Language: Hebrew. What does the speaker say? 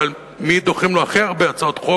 על מי דוחים לו הכי הרבה הצעות חוק,